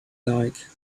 like